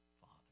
Father